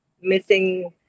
missing